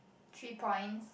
three points